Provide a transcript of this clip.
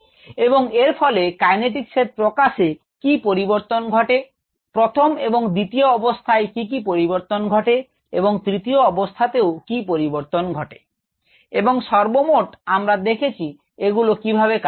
এবং এর ফলে কাইনেটিকস এর প্রকাশে কি পরিবর্তন ঘটে প্রথম এবং দ্বিতীয় অবস্থায় কি কি পরিবর্তন ঘটে এবং তৃতীয় অবস্থাতেও কি পরিবর্তন ঘটে এবং সর্বমোট আমরা দেখেছি এগুলো কিভাবে কাজ করে